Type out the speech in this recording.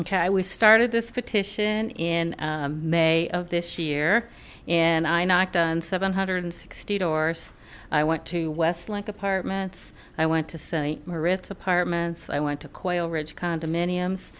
okay we started this petition in may of this year and i knocked on seven hundred and sixty doors i went to west link apartments i went to saint moritz apartments i went to quail ridge condominiums